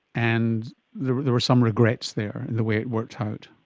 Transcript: and there were there were some regrets there in the way it worked out.